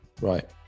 Right